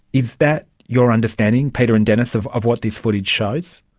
is that your understanding, peter and dennis, of of what this footage shows?